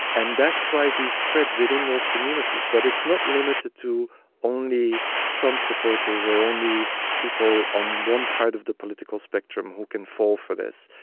and that's why they spread within those communities. but it's not limited to only trump supporters or only people on one part of the political spectrum who can fall for this,